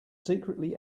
secretly